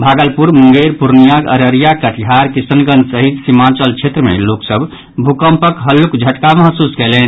भागलपुर मुंगेर पूर्णियां अररिया कटिहार किशनगंज सहित सीमांचल क्षेत्र मे लोक सभ भूकम्पक हल्लूक झटका महसूस कयलनि